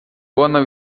buona